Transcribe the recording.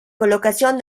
colocación